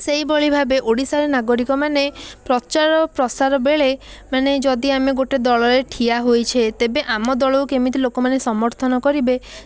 ସେଇଭଳି ଭାବେ ଓଡ଼ିଶାର ନାଗରିକମାନେ ପ୍ରଚାର ପ୍ରସାର ବେଳେ ମାନେ ଯଦି ଆମେ ଗୋଟେ ଦଳରେ ଠିଆ ହୋଇଛୁ ତେବେ ଆମ ଦଳକୁ କେମିତି ଲୋକମାନେ ସମର୍ଥନ କରିବେ